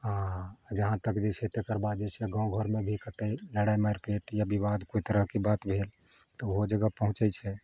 हँ हँ जहाँ तक जे छै तेकरबाद जे छै गाँव घरमे भी कतए लड़ाइ मारि पीट या बिबाद कोइ तरहके बात भेल तऽ ओहो जगह पहुँचै छै